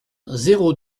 zéro